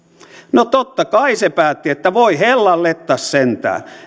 no totta kai se päätti että voi hellanlettas sentään